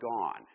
gone